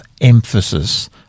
emphasis